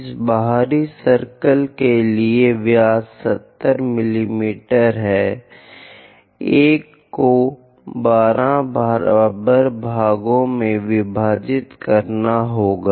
इस बाहरी सर्कल के लिए व्यास 70 मिमी है एक को 12 बराबर भागों में विभाजित करना होगा